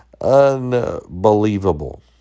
unbelievable